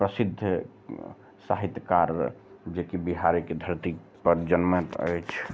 प्रसिद्ध साहित्यकार जेकि बिहारेके धरती पर जन्मैत अछि